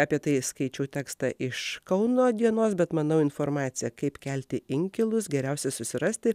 apie tai skaičiau tekstą iš kauno dienos bet manau informaciją kaip kelti inkilus geriausia susirasti